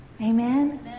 Amen